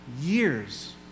years